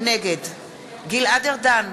נגד גלעד ארדן,